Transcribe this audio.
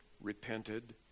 repented